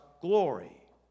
glory